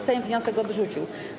Sejm wniosek odrzucił.